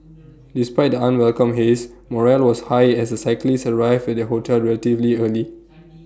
despite the unwelcome haze morale was high as the cyclists arrived at their hotel relatively early